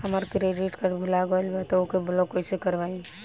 हमार credit card भुला गएल बा त ओके ब्लॉक कइसे करवाई?